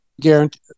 guarantee